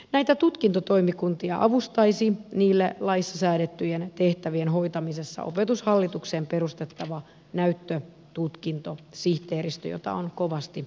näitä tutkintotoimikuntia avustaisi niille laissa säädettyjen tehtävien hoitamisessa opetushallitukseen perustettava näyttötutkintosihteeristö jota on kovasti odotettu